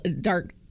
dark